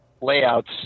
layouts